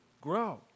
grow